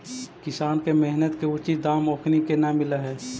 किसान के मेहनत के उचित दाम ओखनी के न मिलऽ हइ